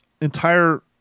entire